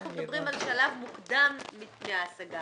אנחנו מדברים על שלב מוקדם לפני ההשגה: